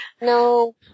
No